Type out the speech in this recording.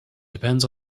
depends